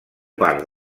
part